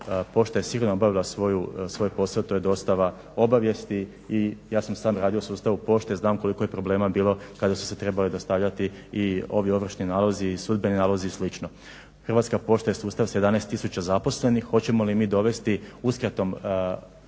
Pošta je sigurno obavila svoj posao. To je dostava obavijesti. I ja sam sam radio u sustavu pošte, znam koliko je problema bilo kada su se trebali dostavljati i ovi ovršni nalozi i sudbeni nalozi i slično. Hrvatska pošta je sustav sa 11000 zaposlenih. Hoćemo li mi dovesti .../Govornik